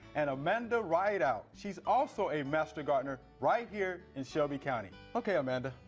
and amanda rideout. she's also a master gardener right here in shelby county. okay amanda,